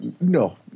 No